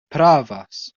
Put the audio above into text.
pravas